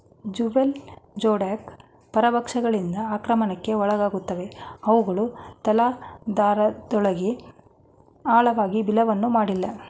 juvenile geoduck ಪರಭಕ್ಷಕಗಳಿಂದ ಆಕ್ರಮಣಕ್ಕೆ ಒಳಗಾಗುತ್ತವೆ ಅವುಗಳು ತಲಾಧಾರದೊಳಗೆ ಆಳವಾಗಿ ಬಿಲವನ್ನು ಮಾಡಿಲ್ಲ